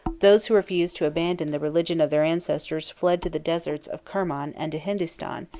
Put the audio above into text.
those who refused to abandon the religion of their ancestors fled to the deserts of kerman and to hindustan,